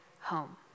home